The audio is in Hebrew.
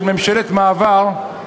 של ממשלת מעבר,